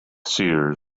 seers